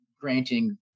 granting